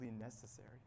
necessary